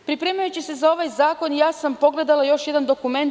Pripremajući se za ovaj zakon, ja sam pogledala još jedan dokument.